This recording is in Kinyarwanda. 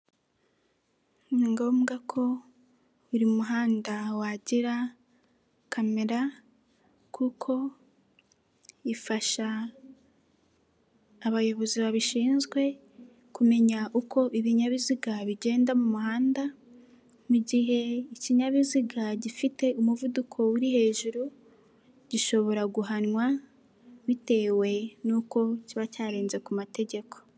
Ni ngombwa ko buri muhanda wagira kamera kuko ifasha abayobozi babishinzwe kumenya uko ibinyabiziga bigenda mu muhanda, mu gihe ikinyabiziga gifite umuvuduko uri hejuru gishobora guhanwa bitewe n'uko kiba cyarenze ku mategeko.